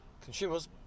consumers